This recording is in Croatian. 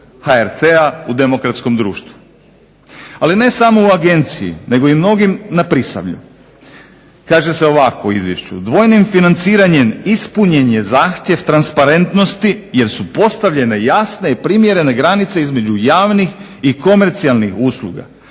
HRT-a u demokratskom društvu. Ali ne samo u Agenciji nego u mnogim na Prisavlju, kaže se ovako u Izvješću, dvojnim financiranjem ispunjen je zahtjev transparentnosti jer su postavljene jasne i primjerene granice između javnih i komercijalnih usluga.